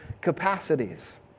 capacities